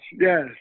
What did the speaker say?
Yes